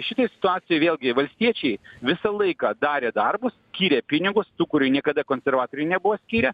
šitoj situacijoj vėlgi valstiečiai visą laiką darė darbus skyrė pinigus kurių niekada konservatoriai nebuvo skyrę